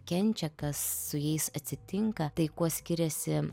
kenčia kas su jais atsitinka tai kuo skiriasi